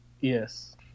Yes